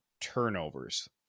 turnovers